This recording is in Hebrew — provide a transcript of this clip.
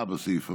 אה, בסעיף הבא.